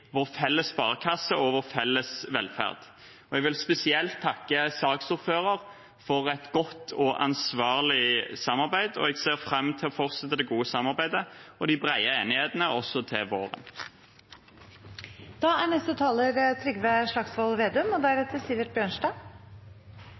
vår felles sparekasse og vår felles velferd. Jeg vil spesielt takke saksordføreren for et godt og ansvarlig samarbeid, og jeg ser fram til å fortsette det gode samarbeidet og de brede enighetene også til våren. Det er